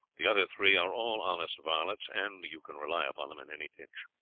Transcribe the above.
the other three are all honest varlets, and you can rely upon them in any pinch.